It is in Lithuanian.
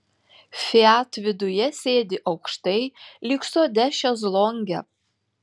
fiat viduje sėdi aukštai lyg sode šezlonge